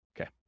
Okay